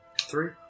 Three